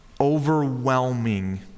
overwhelming